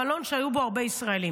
מלון שהיו בו הרבה ישראלים.